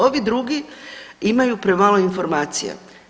Ovi drugi imaju premalo informacija.